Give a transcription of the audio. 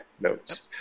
notes